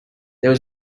there